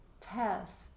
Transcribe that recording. test